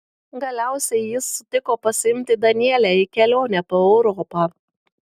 galiausiai jis sutiko pasiimti danielę į kelionę po europą